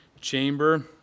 chamber